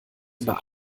über